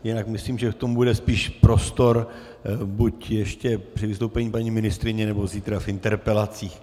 Jinak myslím, že k tomu bude spíše prostor buď ještě při vystoupení paní ministryně nebo zítra v interpelacích.